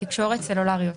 תקשורת סלולריות,